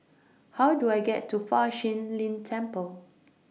How Do I get to Fa Shi Lin Temple